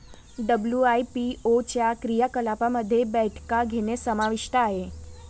WIPO च्या क्रियाकलापांमध्ये बैठका घेणे समाविष्ट आहे